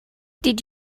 did